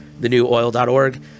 thenewoil.org